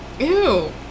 Ew